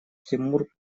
тимур